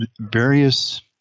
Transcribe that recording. various